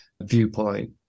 viewpoint